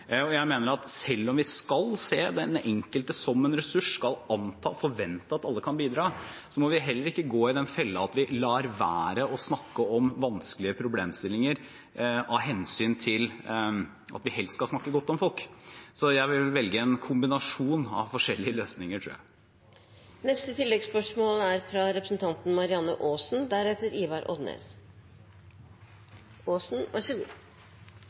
Jeg mener at selv om vi skal se den enkelte som en ressurs og man skal anta og forvente at alle kan bidra, må vi heller ikke gå i den fellen at vi lar være å snakke om vanskelige problemstillinger av hensyn til at vi helst skal snakke godt om folk. Så jeg vil velge en kombinasjon av forskjellige løsninger, tror jeg.